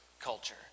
Culture